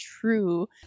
true